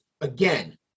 again